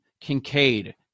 Kincaid